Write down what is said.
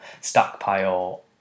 stockpile